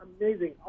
amazing